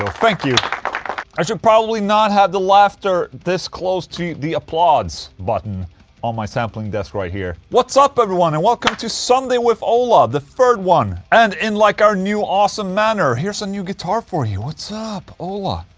so thank you i should probably not have the laughter this close to the applauds button on my sampling desk right here what's up everyone? and welcome to sunday with ola, the third one and in like our new awesome manner, here's a new guitar for you. what's up? ola.